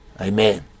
Amen